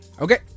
Okay